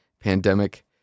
pandemic